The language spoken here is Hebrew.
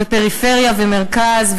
ופריפריה ומרכז,